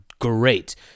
great